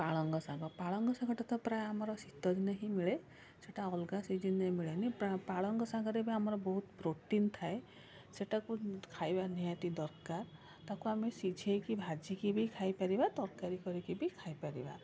ପାଳଙ୍ଗ ଶାଗ ପାଳଙ୍ଗ ଶାଗଟା ତ ପ୍ରାୟ ଆମର ଶୀତଦିନେ ହିଁ ମିଳେ ସେଇଟା ଅଲଗା ସିଜିନରେ ମିଳେନି ପାଳଙ୍ଗ ଶାଗରେ ବି ଆମର ବହୁତ ପ୍ରୋଟିନ୍ ଥାଏ ସେଇଟାକୁ ଖାଇବା ନିହାତି ଦରକାର ତାକୁ ଆମେ ସିଝେଇକି ଭାଜିକି ବି ଖାଇପାରିବା ତରକାରୀ କରିକି ବି ଖାଇପାରିବା